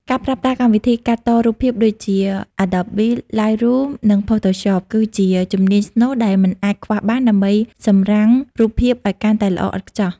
ការប្រើប្រាស់កម្មវិធីកាត់តរូបភាពដូចជា Adobe Lightroom និង Photoshop គឺជាជំនាញស្នូលដែលមិនអាចខ្វះបានដើម្បីសម្រាំងរូបភាពឱ្យកាន់តែល្អឥតខ្ចោះ។